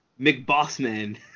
McBossman